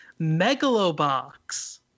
Megalobox